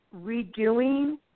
redoing